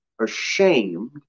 ashamed